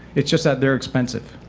it's just that they're expensive.